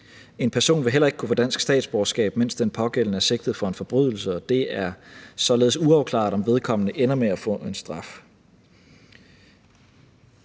En person vil heller ikke kunne få dansk statsborgerskab, mens den pågældende er sigtet for en forbrydelse og det således er uafklaret, om vedkommende ender med at få en straf.